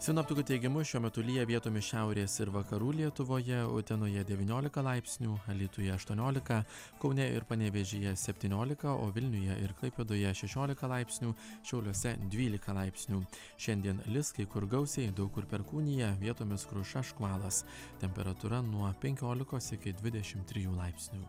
sinoptikų teigimu šiuo metu lyja vietomis šiaurės ir vakarų lietuvoje utenoje devyniolika laipsnių alytuje aštuoniolika kaune ir panevėžyje septyniolika o vilniuje ir klaipėdoje šešiolika laipsnių šiauliuose dvylika laipsnių šiandien lis kai kur gausiai daug kur perkūnija vietomis kruša škvalas temperatūra nuo penkiolikos iki dvidešim trijų laipsnių